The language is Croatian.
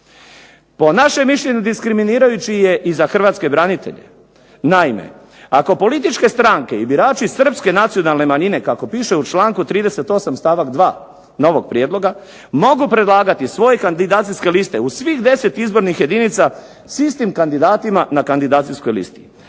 Po našem mišljenju diskriminirajući je i za hrvatske branitelje. Naime, ako političke stranke i birači Srpske nacionalne manjine, kako piše u članku 38. stavak 2. novog prijedloga mogu predlagati svoje kandidacijske liste u svih 10 izbornih jedinica s istim kandidatima na kandidacijskoj listi.